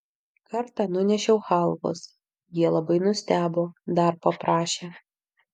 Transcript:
kartą nunešiau chalvos jie labai nustebo dar paprašė